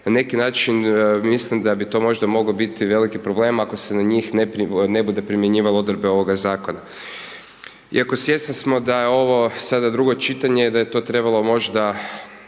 na neki način, mislim da bi to možda mogao biti veliki problem ako se na njih ne budu primjenjivale odredbe ovoga Zakona. Iako svjesni smo da je ovo sada drugo čitanje, da je to trebalo možda,